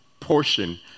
portion